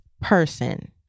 person